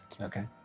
Okay